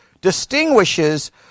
distinguishes